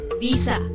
visa